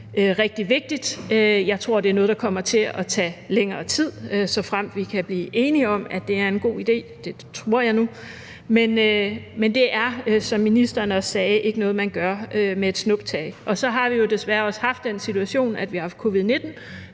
rigtig vigtigt. Jeg tror, det er noget, der kommer til at tage længere tid, såfremt vi kan blive enige om, at det er en god idé. Det tror jeg nu. Men det er, som ministeren også sagde, ikke noget, man gør med et snuptag. Og så har vi jo desværre også haft den situation, at vi har haft covid-19,